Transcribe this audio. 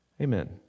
Amen